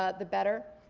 ah the better.